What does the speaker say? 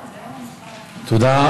תודה.